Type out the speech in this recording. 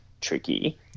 tricky